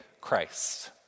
Christ